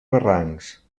barrancs